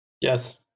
Yes